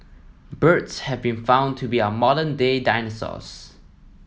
birds have been found to be our modern day dinosaurs